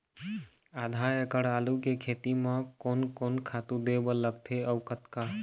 आधा एकड़ आलू के खेती म कोन कोन खातू दे बर लगथे अऊ कतका?